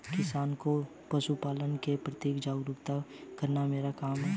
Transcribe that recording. किसानों को पशुकल्याण के प्रति जागरूक करना मेरा काम है